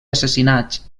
assassinats